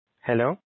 Hello